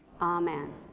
Amen